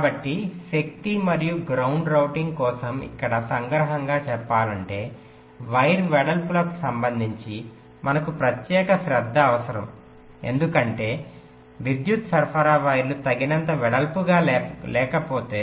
కాబట్టి శక్తి మరియు గ్రౌండ్ రౌటింగ్ కోసం ఇక్కడ సంగ్రహంగా చెప్పాలంటే వైర్ వెడల్పులకు సంబంధించి మనకు ప్రత్యేక శ్రద్ధ అవసరం ఎందుకంటే విద్యుత్ సరఫరా వైర్లు తగినంత వెడల్పుగా లేకపోతే